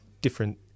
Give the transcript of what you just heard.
different